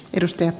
puhemies